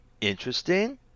interesting